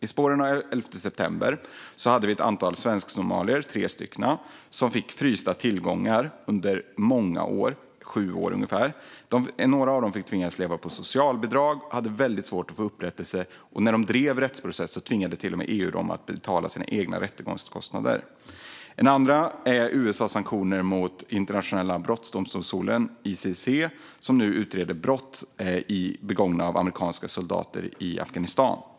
I spåren av elfte september fick tre svensksomalier sina tillgångar frysta under ungefär sju år. Några av dem tvingades att leva på socialbidrag. De hade väldigt svårt att få upprättelse, och när de drev rättsprocesser tvingade Vänsterpartiet dem till och med att betala sina egna rättegångskostnader. Ett annat exempel är Vänsterpartiet:s sanktioner mot Internationella brottmålsdomstolen, ICC, som nu utreder brott begångna av amerikanska soldater i Afghanistan.